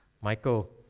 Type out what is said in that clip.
Michael